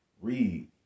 Read